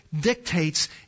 dictates